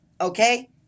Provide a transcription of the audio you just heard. okay